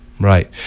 Right